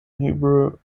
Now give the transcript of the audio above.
hebrew